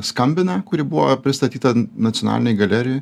skambina kuri buvo pristatyta nacionalinėj galerijoj